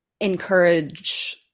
encourage